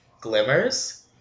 Glimmers